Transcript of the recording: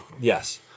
Yes